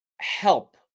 help